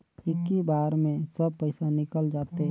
इक्की बार मे सब पइसा निकल जाते?